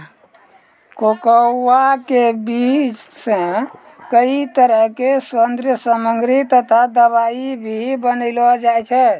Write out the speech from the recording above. cocoa के बीज सॅ कई तरह के सौन्दर्य सामग्री तथा दवाई भी बनैलो जाय छै